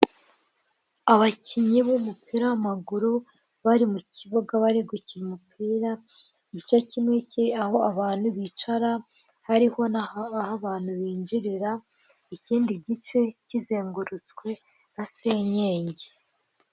Uyu ni umwe mu mihanda ishobora kuba igaragara mu Rwanda, aho bagaragaza agace imodoka nk'izitwaye abagenzi cyangwa se n'izitwara imizigo zishobora kuba zahagarara umwanya muto mu gihe cy'akaruhuko.